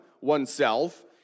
oneself